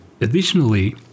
Additionally